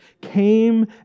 came